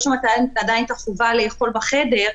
יש שם עדיין את החובה לאכול בחדר,